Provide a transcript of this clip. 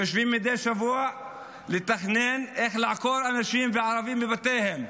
יושבים מדי שבוע לתכנן איך לעקור אנשים וערבים מבתיהם.